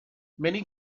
many